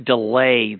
Delay